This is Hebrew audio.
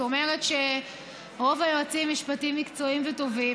את אומרת שרוב היועצים המשפטיים מקצועיים וטובים,